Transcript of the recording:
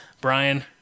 Brian